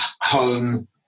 home